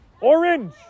Orange